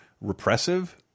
Repressive